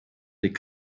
des